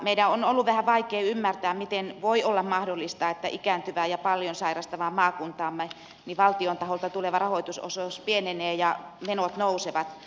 meidän on ollut vähän vaikeaa ymmärtää miten voi olla mahdollista että ikääntyvään ja paljon sairastavaan maakuntaamme valtion taholta tuleva rahoitusosuus pienenee ja menot nousevat